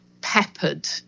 peppered